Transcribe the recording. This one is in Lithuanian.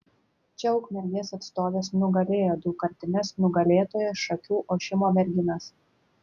čia ukmergės atstovės nugalėjo daugkartines nugalėtojas šakių ošimo merginas